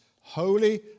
holy